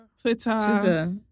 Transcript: Twitter